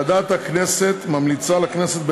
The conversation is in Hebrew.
ועדת הכנסת ממליצה לכנסת,